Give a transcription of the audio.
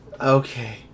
Okay